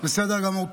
בסדר גמור.